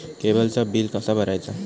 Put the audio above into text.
केबलचा बिल कसा भरायचा?